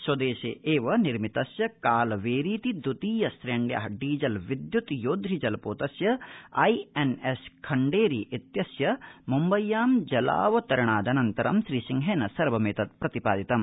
स्वदेशे एव निर्मितस्य कालवेरीति द्वितीय श्रेण्या डीजल विद्यत् योधृ जलपोतस्य आईएनएस खण्डेरीत्यस्य मुम्बय्यां जलावतरणादनन्तरं श्रीसिंहेन सर्वमेतत् प्रतिपादितम्